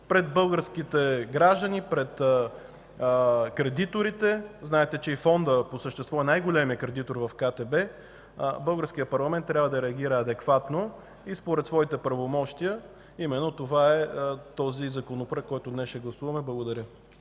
пред българските граждани, пред кредиторите – знаете, че и Фондът по същество е най-големият кредитор в КТБ, българският парламент трябва да реагира адекватно и според своите правомощия. Именно това е Законопроектът, който днес ще гласуваме. Благодаря.